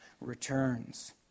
returns